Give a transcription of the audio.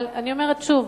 אבל אני אומרת שוב,